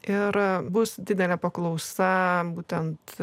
ir bus didelė paklausa būtent